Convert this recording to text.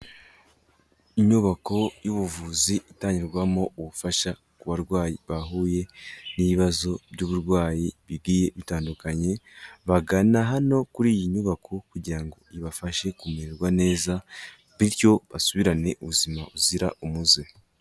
Inyubako y'ubuvuzi itangirwamo ubufasha ku barwayi bahuye n'ibibazo by'uburwayi bigiye bitandukanye, bagana hano kuri iyi nyubako kugira ngo ibafashe kumererwa neza bityo basubirane ubuzima buzira umuze.